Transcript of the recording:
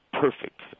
perfect